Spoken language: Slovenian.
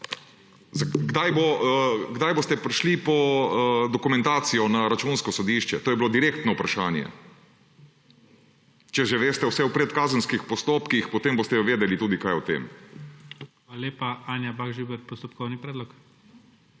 Kdaj boste prišli po dokumentacijo na Računsko sodišče to je bilo direktno vprašanje. Če že veste vse o predkazenskih postopkih, potem boste vedeli tudi kaj o tem. PREDSEDNIK IGOR ZORČIČ: Hvala lepa. Anja Bah Žibert, postopkovni predlog.